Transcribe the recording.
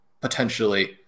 potentially